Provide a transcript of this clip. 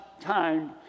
time